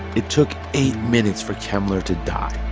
it took eight minutes for kemmler to die.